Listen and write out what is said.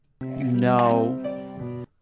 no